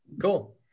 Cool